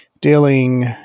Dealing